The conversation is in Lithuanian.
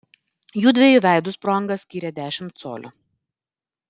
jųdviejų veidus pro angą skyrė dešimt colių